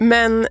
Men